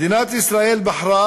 מדינת ישראל בחרה